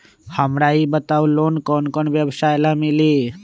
हमरा ई बताऊ लोन कौन कौन व्यवसाय ला मिली?